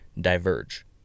Diverge